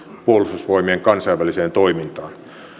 puolustusvoimien kansainväliseen toimintaan